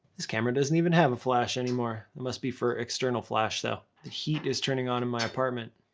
this camera doesn't even have a flash anymore. it must be for external flash though. the heat is turning on in my apartment.